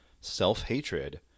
self-hatred